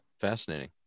Fascinating